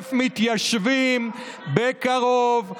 ל-100,000 מתיישבים בקרוב.